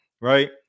right